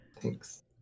Thanks